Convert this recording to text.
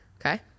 Okay